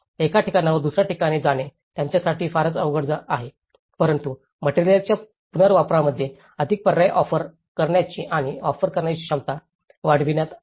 एका ठिकाणाहून दुसर्या ठिकाणी जाणे त्यांच्यासाठी फारच अवघड आहे परंतु मटेरिअल्सच्या पुनर्वापरामध्ये अधिक पर्याय ऑफर करण्याची आणि ऑफर करण्याची क्षमता वाढवित आहे